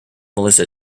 melissa